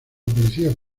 policía